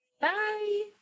bye